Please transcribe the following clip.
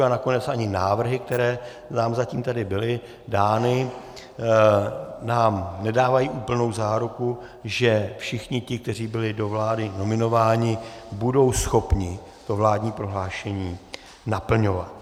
A nakonec ani návrhy, které nám zatím tady byly dány, nám nedávají úplnou záruku, že všichni ti, kteří byli do vlády nominováni, budou schopni vládní prohlášení naplňovat.